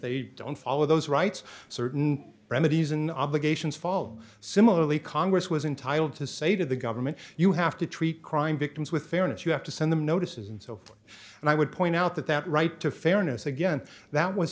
they don't follow those rights certain remedies in obligations follow similarly congress was entitled to say to the government you have to treat crime victims with fairness you have to send them notices and so forth and i would point out that that right to fairness again that was